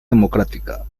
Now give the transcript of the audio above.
democrática